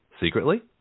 secretly